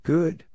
Good